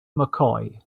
mccoy